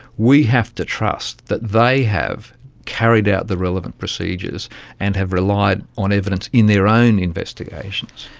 we have to trust that they have carried out the relevant procedures and have relied on evidence in their own investigations.